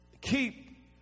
Keep